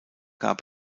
gab